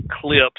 clips